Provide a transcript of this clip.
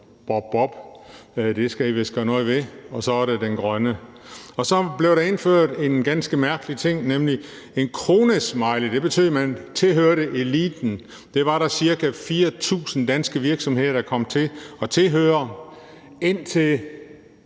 det skal I vist gøre noget ved. Og så er der den grønne. Så blev der indført en ganske mærkelig ting, nemlig en kronesmiley, og den betød, at man tilhørte eliten. Det var der ca. 4.000 danske virksomheder der kom til at tilhøre.